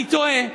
אני תוהה,